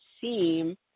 seem